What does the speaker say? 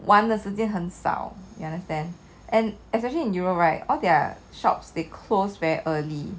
玩的时间很少 you understand and especially in europe right all their shops they close very early